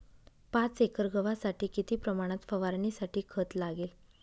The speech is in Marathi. पाच एकर गव्हासाठी किती प्रमाणात फवारणीसाठी खत लागेल?